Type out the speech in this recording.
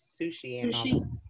sushi